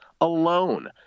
alone